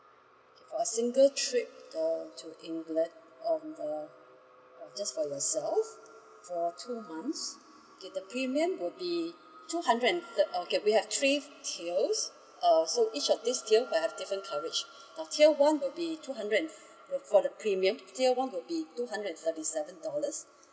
for single trip uh to england on uh just for yourself for two months okay the premium will be two hundred and thir~ okay we have three tiers uh so each of this tier will have different of coverage tier one will be two hundred and for the premium tier one will be two hundred and thirty seven dollars